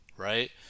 Right